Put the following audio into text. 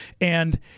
And-